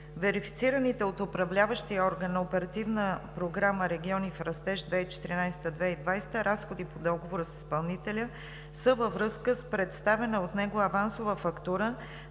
Верифицираните от управляващия орган на Оперативна програма „Региони в растеж 2014 – 2020“ разходи по договора с изпълнителя са във връзка с представена от него авансова фактура